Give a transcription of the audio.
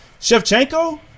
Shevchenko